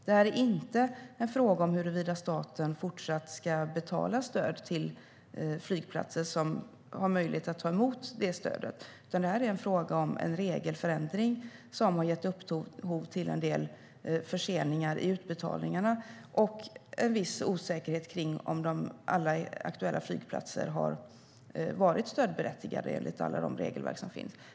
Det här är inte en fråga om huruvida staten ska fortsätta att betala stöd till flygplatser som har möjlighet att ta emot det stödet, utan det är en fråga om en regelförändring som har gett upphov till en del förseningar i utbetalningarna och en viss osäkerhet kring om alla aktuella flygplatser har varit stödberättigade enligt alla de regelverk som finns.